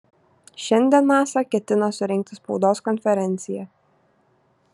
šiandien nasa ketina surengti spaudos konferenciją